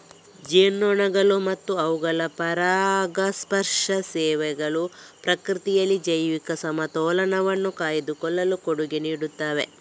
ಜೇನುನೊಣಗಳು ಮತ್ತು ಅವುಗಳ ಪರಾಗಸ್ಪರ್ಶ ಸೇವೆಗಳು ಪ್ರಕೃತಿಯಲ್ಲಿ ಜೈವಿಕ ಸಮತೋಲನವನ್ನು ಕಾಯ್ದುಕೊಳ್ಳಲು ಕೊಡುಗೆ ನೀಡುತ್ತವೆ